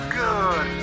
good